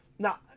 Now